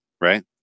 right